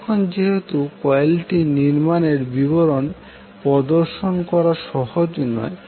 এখন যেহেতু কয়েলটির নির্মাণের বিবরণ প্রদর্শন করা সহজ নয়